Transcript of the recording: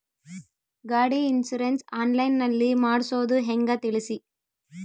ಗಾಡಿ insurance online ನಲ್ಲಿ ಮಾಡ್ಸೋದು ಹೆಂಗ ತಿಳಿಸಿ?